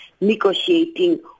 negotiating